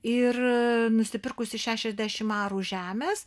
ir nusipirkusi šešiasdešimt arų žemės